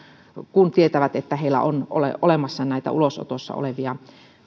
he tietävät että heillä on olemassa näitä ulosotossa olevia